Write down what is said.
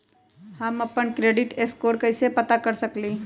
हम अपन credit score कैसे पता कर सकेली?